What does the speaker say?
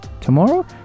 tomorrow